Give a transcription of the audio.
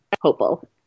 hopeful